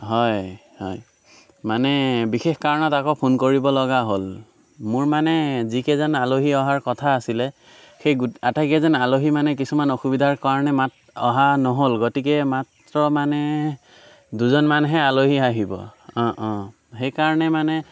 হয় হয় মানে বিশেষ কাৰণত আকৌ ফোন কৰিবলগা হ'ল মোৰ মানে যিকেইজন আলহী অহাৰ কথা আছিলে সেই গো আটাইকেইজন আলহী মানে কিছুমান অসুবিধাৰ কাৰণে মা অহা নহ'ল গতিকে মাত্ৰ মানে দুজন মানহে আলহী আহিব অঁ অঁ সেইকাৰণে মানে